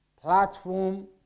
platform